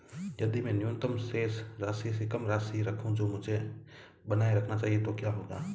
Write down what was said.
यदि मैं न्यूनतम शेष राशि से कम राशि रखूं जो मुझे बनाए रखना चाहिए तो क्या होगा?